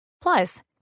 Plus